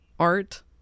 art